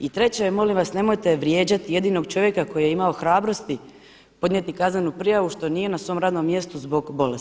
I 3., molim vas nemojte vrijeđati jedinog čovjeka koji je imao hrabrosti podnijeti kaznenu prijavu što nije na svom radnom mjestu zbog bolesti.